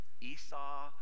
Esau